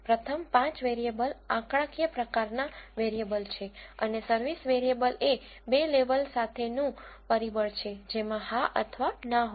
પ્રથમ 5 વેરીએબલ આંકડાકીય પ્રકારનાં વેરીએબલ છે અને સર્વિસ વેરીએબલ એ બે લેવલ સાથે નું પરિબળ છે જેમાં હા અથવા ના હોય છે